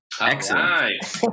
Excellent